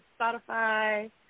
Spotify